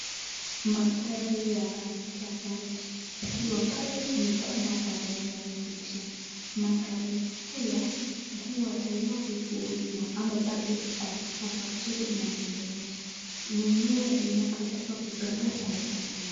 Magari ya rangi tofauti, zikiwa pale zimepangwa kwa laini inayovutia. Magari haya yakiwa tayari kuuzwa ama bado iko katika factory inatengenezwa. Mwenyewe anapotaka kuipendeza kuuza.